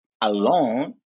alone